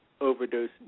overdose